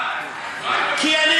כי אני